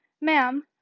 Ma'am